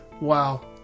Wow